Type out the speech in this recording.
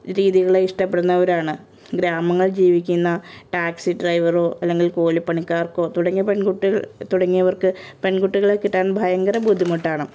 രീതികളെ ഇഷ്ടപ്പെടുന്നവരാണ് ഗ്രാമങ്ങളിൽ ജീവിക്കുന്ന ടാക്സി ഡ്രൈവറോ അല്ലെങ്കിൽ കൂലിപ്പണിക്കാർക്കോ തുടങ്ങിയ പെൺകുട്ടികൾ തുടങ്ങിയവർക്ക് പെൺകുട്ടികളെ കിട്ടാൻ ഭയങ്കര ബുദ്ധിമുട്ടാണ്